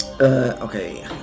okay